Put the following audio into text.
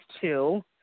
two